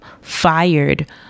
fired